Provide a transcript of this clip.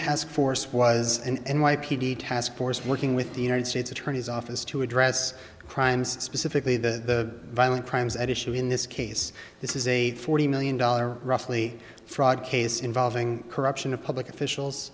task force was an n y p d task force working with the united states attorney's office to address crimes specifically the violent crimes at issue in this case this is a forty million dollars roughly fraud case involving corruption of public officials